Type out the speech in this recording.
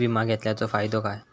विमा घेतल्याचो फाईदो काय?